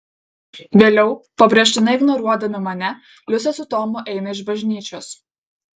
vėliau pabrėžtinai ignoruodami mane liusė su tomu eina iš bažnyčios